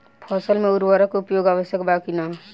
फसल में उर्वरक के उपयोग आवश्यक बा कि न?